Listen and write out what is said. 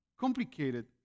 complicated